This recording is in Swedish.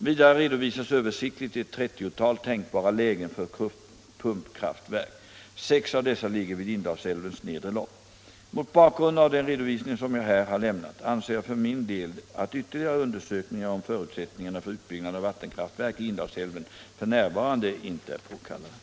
Vidare redovisas översiktligt ett trettiotal tänkbara lägen för pumpkraftverk. Sex av dessa ligger vid Indalsälvens nedre lopp. Mot bakgrund av den redovisning som jag här har lämnat anser jag för min del att ytterligare undersökningar om förutsättningarna för utbyggnad av vattenkraftverk i Indalsälven f.n. inte är påkallade.